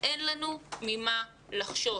אין לנו ממה לחשוש.